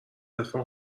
عرفان